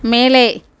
மேலே